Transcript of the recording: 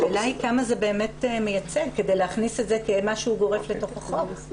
השאלה כמה זה באמת מייצג כדי להכניס את זה כמשהו גורף לתוך החוק.